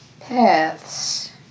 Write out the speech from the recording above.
paths